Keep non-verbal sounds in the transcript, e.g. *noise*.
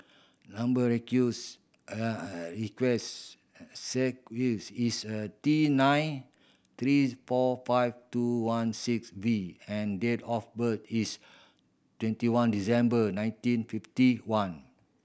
number *unintelligible* is a T nine three four five two one six V and date of birth is twenty one December nineteen fifty one